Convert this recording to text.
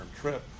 trip